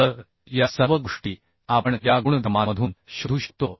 तर या सर्व गोष्टी आपण या गुणधर्मांमधून शोधू शकतो